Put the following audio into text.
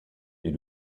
est